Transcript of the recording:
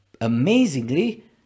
amazingly